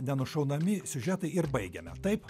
nušaunami siužetai ir baigiame taip